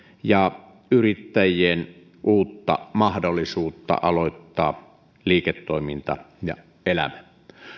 ja yrittäjien uutta mahdollisuutta aloittaa liiketoiminta ja elämä